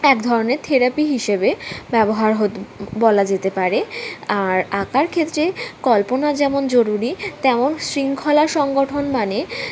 এক ধরনের থেরাপি হিসেবে ব্যবহার হতো বলা যেতে পারে আর আঁকার ক্ষেত্রে কল্পনা যেমন জরুরি তেমন শৃঙ্খলা সংগঠন মানে